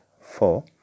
Four